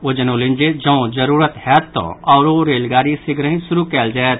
ओ जनौलनि जे जौ जरूरत होयत तऽ औरो रेलगाड़ी शीघ्रहि शुरू कयल जायत